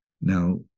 now